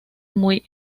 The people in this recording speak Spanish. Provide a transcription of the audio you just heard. muy